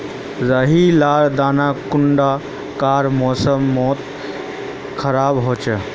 राई लार दाना कुंडा कार मौसम मोत खराब होचए?